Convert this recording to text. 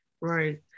Right